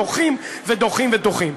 דוחים ודוחים ודוחים.